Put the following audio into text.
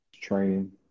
training